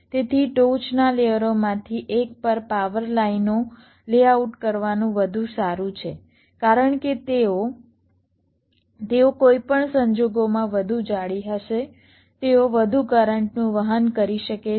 તેથી ટોચનાં લેયરોમાંથી એક પર પાવર લાઇનો લેઆઉટ કરવાનું વધુ સારું છે કારણ કે તેઓ તેઓ કોઈપણ સંજોગોમાં વધુ જાડી હશે તેઓ વધુ કરંટનું વહન કરી શકે છે